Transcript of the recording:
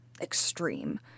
extreme